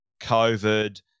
COVID